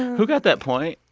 who got that point?